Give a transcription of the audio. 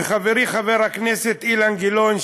וחברי חבר הכנסת אילן גילאון,